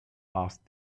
asked